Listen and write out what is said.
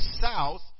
south